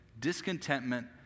Discontentment